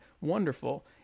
Wonderful